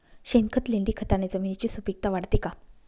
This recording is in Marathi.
शेणखत, लेंडीखताने जमिनीची सुपिकता वाढते का?